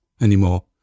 anymore